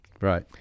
Right